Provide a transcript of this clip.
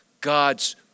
God's